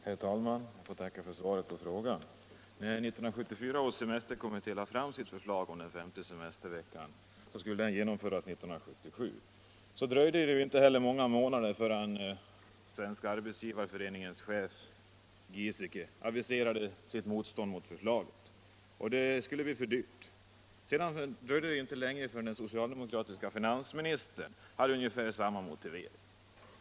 Herr talman! Jag får tacka för svaret på frågan. När 1974 års semesterkommitté lade fram sitt förslag om den femte semesterveckan, ville man genomföra den 1977. Så dröjde det inte många månader förrän Svenska arbetsgivareföreningens chef Giesecke aviserade sitt motstånd mot förslaget — det skulle bli för dyrt. Och sedan dröjde det inte länge förrän den socialdemokratiske finansministern hade ungefär samma argumentering.